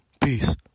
peace